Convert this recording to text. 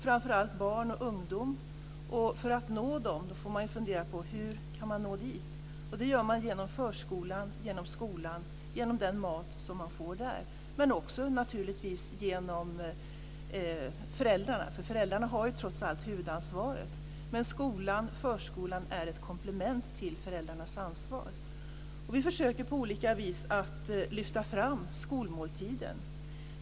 Framför allt gäller det barn och ungdom. Man får fundera på hur man kan nå dem. Det gör man genom förskolan, genom skolan och den mat som man får där, men också naturligtvis genom föräldrarna. Föräldrarna har trots allt huvudansvaret, men skolan och förskolan är ett komplement när det gäller föräldrarnas ansvar. Vi försöker på olika vis lyfta fram skolmåltiden.